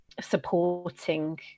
supporting